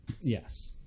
Yes